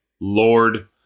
Lord